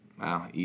Wow